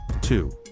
two